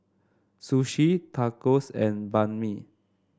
Sushi Tacos and Banh Mi